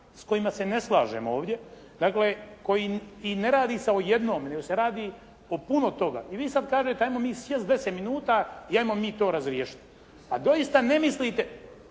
s kojima se ne slažemo ovdje dakle koji i ne radi se o jednom nego se radi o puno toga. I vi sad kažete ajmo mi sjesti 10 minuta i ajmo mi to razriješiti. A doista ne mislite